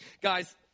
Guys